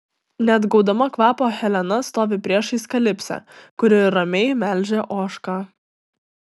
neatgaudama kvapo helena stovi priešais kalipsę kuri ramiai melžia ožką